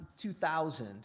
2000